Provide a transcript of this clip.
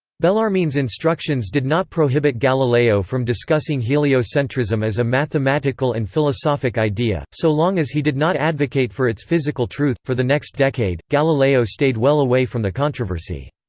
bellarmine's instructions did not prohibit galileo from discussing heliocentrism as a mathematical and philosophic idea, so long as he did not advocate for its physical truth for the next decade, galileo stayed well away from the controversy.